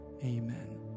amen